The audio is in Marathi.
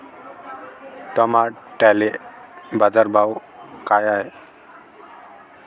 टमाट्याले बाजारभाव काय हाय?